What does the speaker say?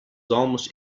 almost